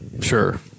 Sure